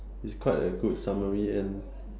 it's quite a good summary and